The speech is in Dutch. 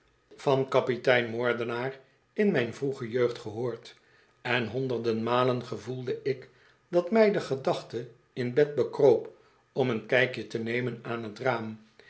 vertelsels kapitein moordenaar in mijn vroege jeugd gehoord en honderden malen gevoelde ik dat mij de gedachte in bed bekroop om een kijkje te nemen aan t raam